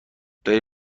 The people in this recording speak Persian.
داری